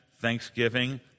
thanksgiving